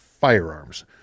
firearms